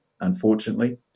unfortunately